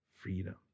freedom